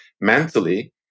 mentally